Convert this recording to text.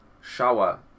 shower